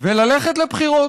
וללכת לבחירות?